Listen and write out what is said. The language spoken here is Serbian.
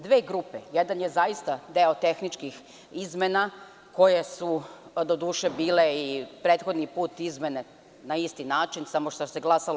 Dve grupe, jedan je zaista deo tehničkih izmena koje su, doduše, bile i prethodni put izmene na isti način, samo što se glasalo.